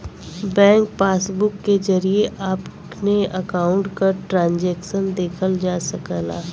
bank passbook के जरिये अपने अकाउंट क ट्रांजैक्शन देखल जा सकला